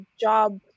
job